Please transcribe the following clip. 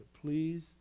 please